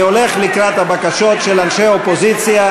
אני הולך לקראת הבקשות של אנשי אופוזיציה,